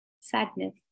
Sadness